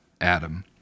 Adam